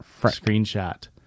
screenshot